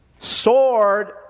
sword